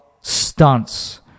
stunts